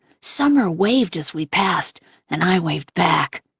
summer waved as we passed and i waved back.